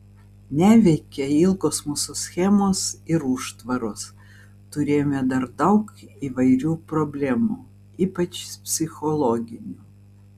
neveikė ilgos mūsų schemos ir užtvaros turėjome dar daug įvairių problemų ypač psichologinių